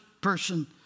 person